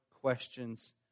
questions